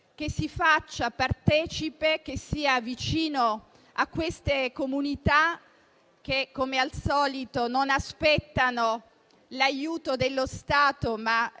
che si faccia partecipe e che sia vicino a queste comunità, che, come al solito, non aspettano l'aiuto dello Stato, ma,